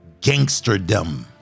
gangsterdom